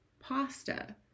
pasta